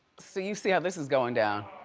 so you see how this is going down.